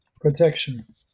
Protection